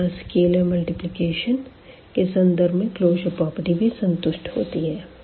तो यहां scalar multiplication के संदर्भ में क्लोजर प्रॉपर्टी भी संतुष्ट होती है